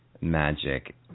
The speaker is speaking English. magic